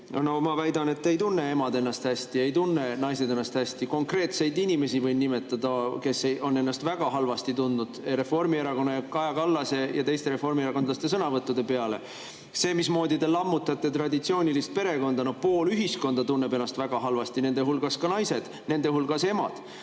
Ma väidan, et emad ei tunne ennast hästi, naised ei tunne ennast hästi. Konkreetseid inimesi võin nimetada, kes on ennast väga halvasti tundnud Reformierakonna, Kaja Kallase ja teiste reformierakondlaste sõnavõttude pärast. See, mismoodi te lammutate traditsioonilist perekonda – no pool ühiskonda tunneb ennast väga halvasti, nende hulgas ka naised, nende hulgas emad.